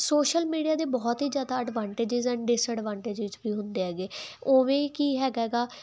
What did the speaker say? social media ਦੇ ਬਹੁਤ ਹੀ ਜ਼ਿਆਦਾ ਐਡਵਾਂਟੇਜ ਐਂਡ ਡਿਸਐਡਵਾਂਟੇਜ ਵੀ ਹੁੰਦੇ ਹੈਗੇ ਉਵੇਂ ਕੀ ਹੈਗਾ ਗਾ